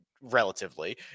relatively